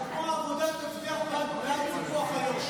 זה כמו שהעבודה תצביע בעד, איו"ש.